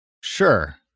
Sure